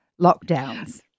lockdowns